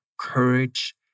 courage